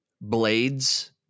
blades